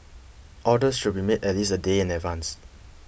orders should be made at least a day in advance